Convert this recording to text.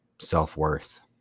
self-worth